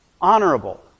Honorable